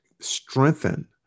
strengthen